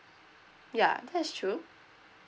ya that's true